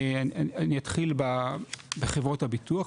אני אתחיל בחברות הביטוח,